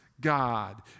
God